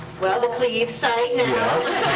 well, the cleeves site. and and yes.